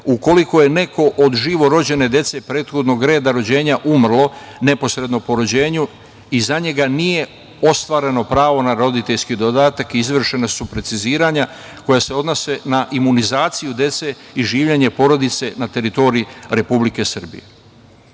ukoliko je neko od živorođene dece prethodnog reda rođenja umrlo neposredno po rođenju i za njega nije ostvareno pravo na roditeljski dodatak, izvršena su preciziranja koja se odnose na imunizaciju dece i življenje porodice na teritoriji Republike Srbije.Dečiji